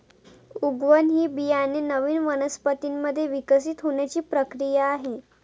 उगवण ही बियाणे नवीन वनस्पतीं मध्ये विकसित होण्याची प्रक्रिया आहे